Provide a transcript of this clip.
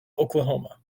oklahoma